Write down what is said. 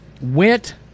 went